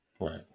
Right